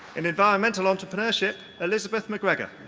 in environmental entrepreneurship, elizabeth macgregor.